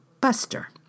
Buster